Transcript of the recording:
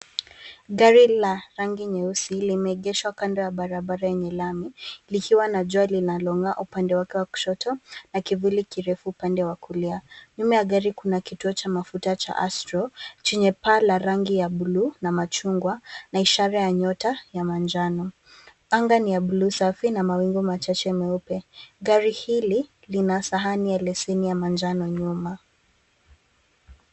Gari la rangi nyeusi limeegeshwa kando ya barabara yenye lami likiwa na jua linalong'aa upande wa kushoto na kivuli kirefu upande wa kulia. Nyuma ya gari Kuna kituo Cha mavuta Cha Astro Chenye paa la rangi ya [c.s]blue na machungwa na ishara ya nyota ya manjano. Anga ni ya blue safi na mawingu machache meupe. Gari hili lina sahani la leseni ya manjano nyuma.